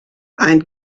ein